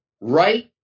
right